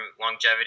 longevity